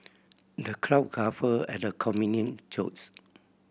the crowd guffawed at the comedian jokes